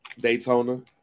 Daytona